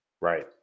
Right